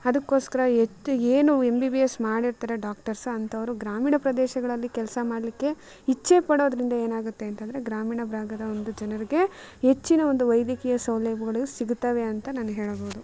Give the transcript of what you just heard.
ಅದುಕ್ಕೋಸ್ಕರ ಎತ್ತು ಏನು M B B S ಮಾಡಿರ್ತಾರೆ ಡಾಕ್ಟರ್ಸ್ ಅಂಥವ್ರು ಗ್ರಾಮೀಣ ಪ್ರದೇಶಗಳಲ್ಲಿ ಕೆಲಸ ಮಾಡಲಿಕ್ಕೆ ಇಚ್ಚೆ ಪಡೋದರಿಂದ ಏನಾಗುತ್ತೆ ಅಂತಂದರೆ ಗ್ರಾಮೀಣ ಭಾಗದ ಒಂದು ಜನರಿಗೆ ಹೆಚ್ಚಿನ ಒಂದು ವೈದ್ಯಕೀಯ ಸೌಲಭ್ಯಗಳು ಸಿಗುತ್ತವೆ ಅಂತ ನಾನು ಹೇಳಬೋದು